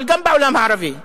אבל גם בעולם הערבי.